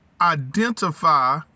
identify